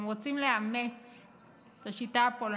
אתם רוצים לאמץ את השיטה הפולנית.